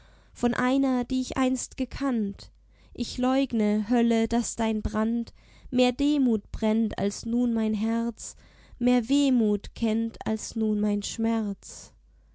von einer die ich einst gekannt ich leugne hölle daß dein brand mehr demut brennt als nun mein herz mehr wehmut kennt als nun mein schmerz